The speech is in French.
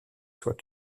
soit